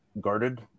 guarded